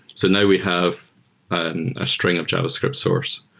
so now we have and a string of javascript source.